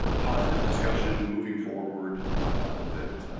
positive discussion moving forward that,